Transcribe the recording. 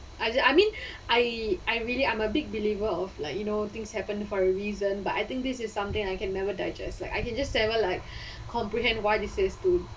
I mean I I really I'm a big believer of like you know things happen for a reason but I think this is something I can never digest like I can just several like comprehend why this is to